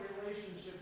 relationship